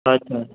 अछा